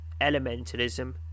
elementalism